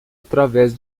através